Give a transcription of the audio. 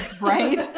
Right